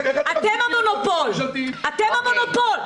אתם המונופול.